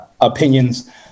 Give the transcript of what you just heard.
opinions